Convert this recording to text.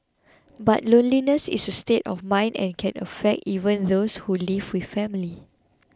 but loneliness is a state of mind and can affect even those who live with family